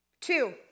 Two